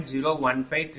64462 40